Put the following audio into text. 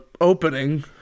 opening